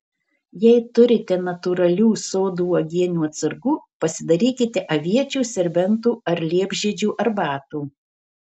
jei turite natūralių sodo uogienių atsargų pasidarykite aviečių serbentų ar liepžiedžių arbatų